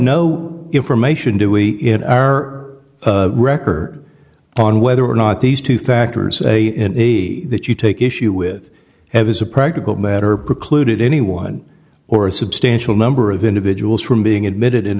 no information do we in our record on whether or not these two factors a in the that you take issue with have as a practical matter precluded anyone or a substantial number of individuals from being admitted in